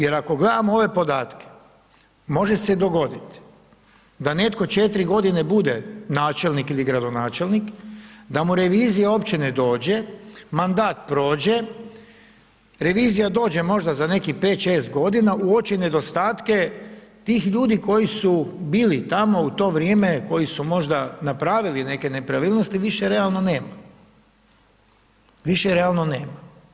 Jer ako gledamo ove podatke može se dogoditi da netko 4 godine bude načelnik ili gradonačelnik, da mu revizija uopće ne dođe, mandat prođe, revizija dođe možda za nekih 5, 6 godina, uoči nedostatke tih ljudi koji su bili tamo u to vrijeme, koji su možda napravili neke nepravilnosti više realno nema, više realno nema.